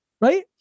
right